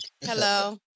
Hello